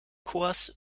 corps